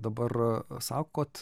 dabar sakot